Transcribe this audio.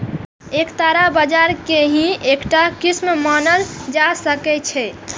एकरा बाजार के ही एकटा किस्म मानल जा सकै छै